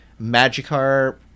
Magikarp